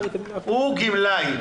הוא גמלאי.